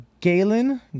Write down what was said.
Galen